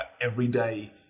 everyday